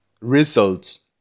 results